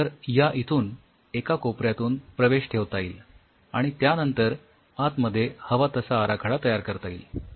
तर या इथून एका कोपऱ्यातुन प्रवेश ठेवता येईल आणि यांनतर आतमध्ये हवा तसा आराखडा तयार करता येईल